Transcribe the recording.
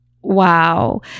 wow